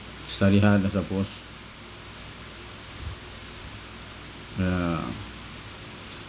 study hard I suppose yeah